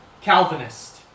Calvinist